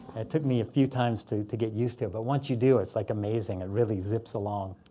it took me a few times to to get used to it. but once you do, it's like amazing. it really zips along.